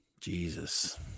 Jesus